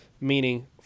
meaning